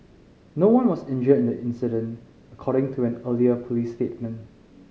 no one was injured in the incident according to an earlier police statement